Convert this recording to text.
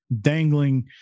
dangling